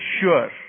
sure